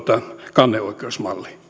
kanneoikeusmallin